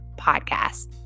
podcast